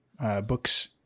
books